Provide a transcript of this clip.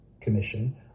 Commission